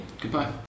goodbye